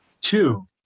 Two